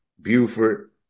Buford